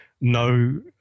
no –